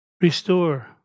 Restore